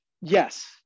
yes